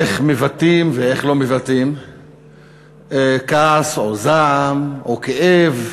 איך מבטאים ואיך לא מבטאים כעס או זעם או כאב.